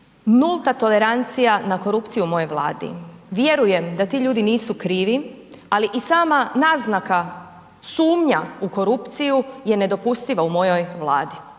nulta tolerancija na korupciju u mojoj Vladi, vjerujem da ti ljudi nisu krivi, ali i sama naznaka, sumnja u korupciju je nedopustiva u mojoj Vladi.